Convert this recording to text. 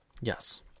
Yes